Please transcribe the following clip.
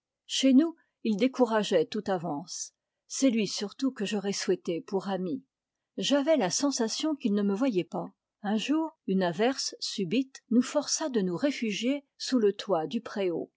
chez nous il décourageait toute avance c'est lui surtout que j'aurais souhaité pour ami j'avais la sensation qu'il ne me voyait pas un jour une averse subite nous forçe dp nous réfugier s us le toij du préau